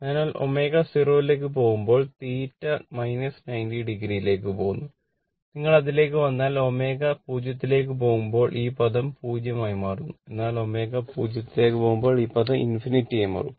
അതിനാൽ ω 0 ലേക്ക് പോകുമ്പോൾ θ 90 o യിലേക്ക് പോകുന്നു നിങ്ങൾ അതിലേക്ക് വന്നാൽ ω 0 ലേക്ക് പോകുമ്പോൾ ഈ പദം 0 ആയി മാറും എന്നാൽ ω 0 ലേക്ക് പോകുമ്പോൾ ഈ പദം ഇൻഫിനിറ്റി ആയി മാറും